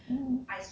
mm mm